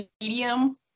medium